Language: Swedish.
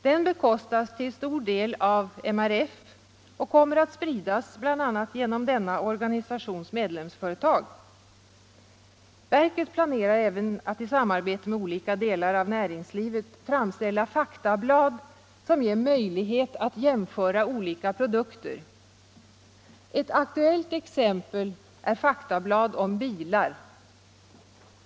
Den bekostas till stor del av MRF och kommer att spridas bl.a. genom denna organisations medlemsföretag. Verket planerar även att i samarbete med olika delar av näringslivet framställa faktablad, som ger möjlighet att jämföra olika produkter. Ett aktuellt exempel är faktablad om bilar.